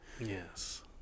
Yes